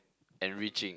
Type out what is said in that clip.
enriching